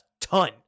ton